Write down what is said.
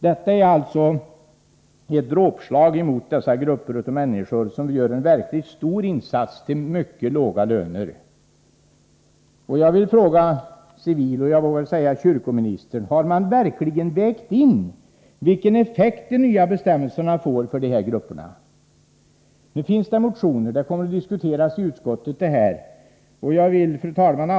Detta är alltså ett dråpslag mot dessa grupper av människor som gör en verkligt stor insats till mycket låga löner. Jag vill fråga civilministern och — vågar jag säga — kyrkoministern: Har man verkligen vägt in vilken effekt de nya bestämmelserna får för dessa grupper? Nu föreligger det motioner, och detta kommer att diskuteras i utskottet. Fru talman!